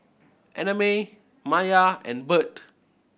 Annamae Maia and Bert